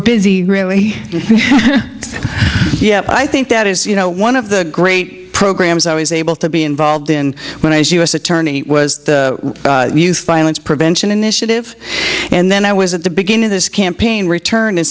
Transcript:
busy really yeah i think that is you know one of the great programs i was able to be involved in when i was u s attorney was the youth violence prevention initiative and then i was at the beginning of this campaign return and